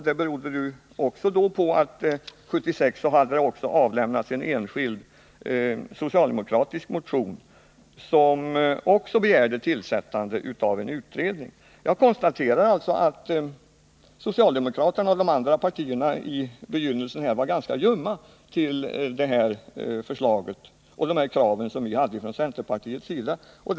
Det berodde på att det 1976 också hade avlämnats en enskild socialdemokratisk motion med begäran om tillsättande av en utredning. Jag konstaterar alltså att socialdemokraterna och de andra partierna i begynnelsen var ganska ljumma i sin inställning till de krav som vi hade från centerpartiets sida.